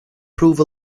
prove